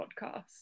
podcast